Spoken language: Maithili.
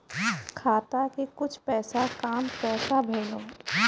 खाता के कुछ पैसा काम कैसा भेलौ?